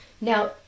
Now